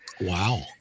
Wow